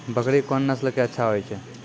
बकरी कोन नस्ल के अच्छा होय छै?